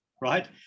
right